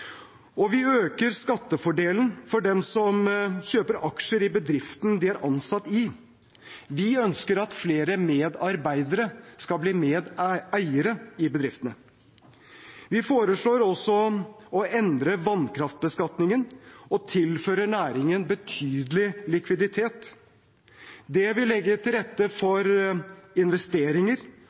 Og vi øker skattefordelen for dem som kjøper aksjer i bedriften de er ansatt i. Vi ønsker at flere medarbeidere skal bli medeiere i bedriftene. Vi foreslår også å endre vannkraftbeskatningen og tilfører næringen betydelig likviditet. Det vil legge til rette for investeringer